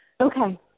Okay